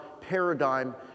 paradigm